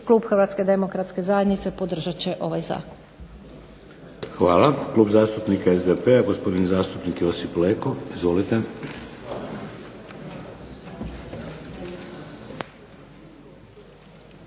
klub Hrvatske demokratske zajednice podržat će ovaj zakon. **Šeks, Vladimir (HDZ)** Hvala. Klub zastupnika SDP-a, gospodin zastupnik Josip Leko. Izvolite.